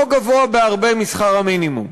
לא גבוה בהרבה משכר המינימום,